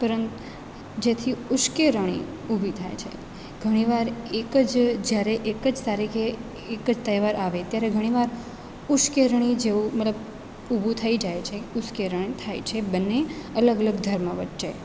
પણ જેથી ઉશ્કેરણી ઊભી થાય છે ઘણી વાર જ્યારે એક જ એક જ તારીખે એક જ તહેવાર આવે ત્યારે ઘણીવાર ઉશ્કેરણી જેવું મતલબ ઊભું થઈ જાય છે ઉશ્કેરણી થાય છે બંને અલગ અલગ ધર્મ વચ્ચે